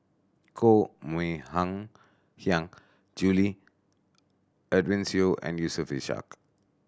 Koh Mui Hiang Julie Edwin Siew and Yusof Ishak